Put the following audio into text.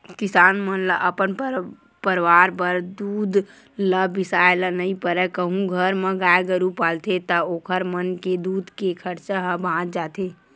किसान मन ल अपन परवार बर दूद ल बिसाए ल नइ परय कहूं घर म गाय गरु पालथे ता ओखर मन के दूद के खरचा ह बाच जाथे